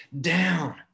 down